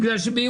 נכנס בבוקר,